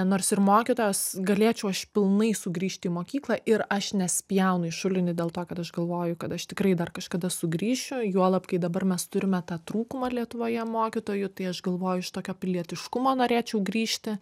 nors ir mokytojos galėčiau aš pilnai sugrįžti į mokyklą ir aš nespjaunu į šulinį dėl to kad aš galvoju kad aš tikrai dar kažkada sugrįšiu juolab kai dabar mes turime tą trūkumą lietuvoje mokytojų tai aš galvoju iš tokio pilietiškumo norėčiau grįžti